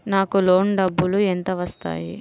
నాకు లోన్ డబ్బులు ఎంత వస్తాయి?